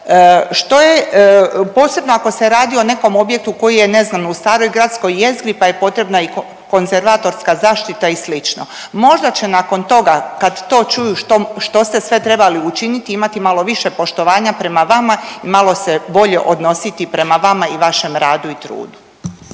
što je posebno ako se radi o nekom objektu koji je ne znam u staroj gradskoj jezgri, pa je potrebna i konzervatorska zaštita i slično. Možda će nakon toga kad to čuju što, što ste sve trebali učiniti imati malo više poštovanja prema vama i malo se bolje odnositi prema vama i vašem radu i trudu.